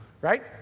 right